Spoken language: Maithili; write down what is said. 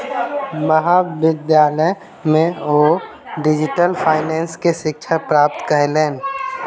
महाविद्यालय में ओ डिजिटल फाइनेंस के शिक्षा प्राप्त कयलैन